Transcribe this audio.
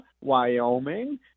Wyoming